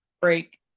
break